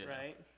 right